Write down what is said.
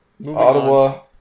Ottawa